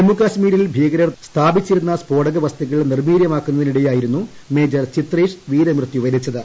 ജമ്മുകാശ്മീരിൽ ഭീകരർ സ്ഥാപിച്ചിരുന്ന ഗ്രസ്ഫോടക വസ്തുക്കൾ നിർവീര്യമാക്കുന്നതിനിടെയായിരുന്നു മേജ്ർ ചിത്രേഷ് വീരമൃത്യു വരിച്ചത്